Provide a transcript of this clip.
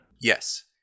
Yes